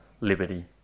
liberty